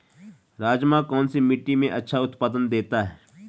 राजमा कौन सी मिट्टी में अच्छा उत्पादन देता है?